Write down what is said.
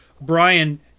Brian